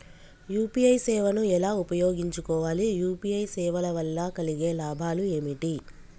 UPI సేవను ఎలా ఉపయోగించు కోవాలి? యూ.పీ.ఐ సేవల వల్ల కలిగే లాభాలు ఏమిటి?